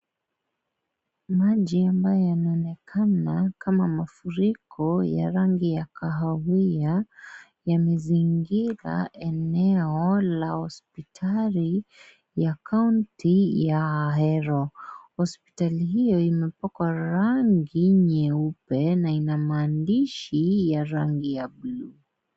Maji ambaye yanaonekana kama mafuriko ya rangi ya kahawia yamezingira eneo la hospitali ya kaunti ya Ahero. Hospitali hio imepkwa rangi nyeupe na ina maandishi ya rangi ya bluu.